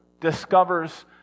discovers